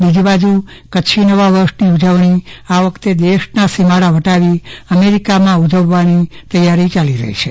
બીજી બાજુ કચ્છી નવા વરસની ઉજવણી આ વખતે દેશના સિમાડા વાટવી અમેરિકામાં ઉજવવાની તૈયારી ચાલી રહી છે